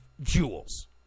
jewels